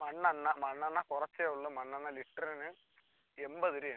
മണ്ണെണ്ണ മണ്ണെണ്ണ കുറച്ചേ ഉള്ളു മണ്ണെണ്ണ ലിറ്ററിന് എൺപത് രൂപയാണ്